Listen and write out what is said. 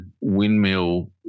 windmill